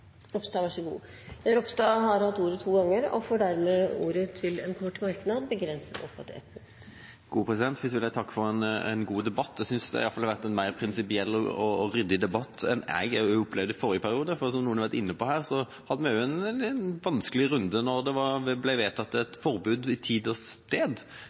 Ropstad har hatt ordet to ganger og får ordet til en kort merknad, begrenset til 1 minutt. Først vil jeg takke for en god debatt. Det har vært en mer prinsipiell og ryddig debatt enn jeg opplevde i forrige periode. For, som noen har vært inne på her, hadde vi også en vanskelig runde da det ble vedtatt et forbud i tid og sted